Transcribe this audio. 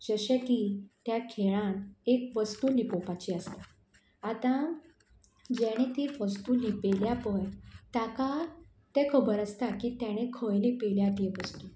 जशें की त्या खेळांत एक वस्तू लिपोवपाची आसता आतां जेणें ती वस्तू लिपयल्या पय ताका तें खबर आसता की तेणें खंय लिपयल्या ती वस्तू